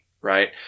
right